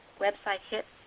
website hits,